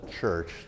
church